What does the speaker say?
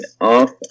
off